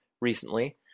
recently